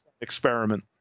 experiment